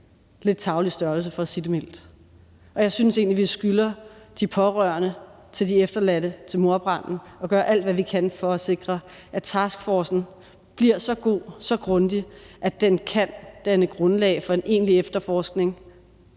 lidt tarvelig størrelse for at sige det mildt. Jeg synes egentlig, vi skylder de pårørende til de efterladte til mordbranden at gøre alt, hvad vi kan, for at sikre, at taskforcen bliver så god, så grundig, at den kan danne grundlag for en egentlig efterforskning,